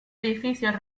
edificios